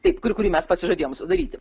taip kur kurį mes pasižadėjom daryti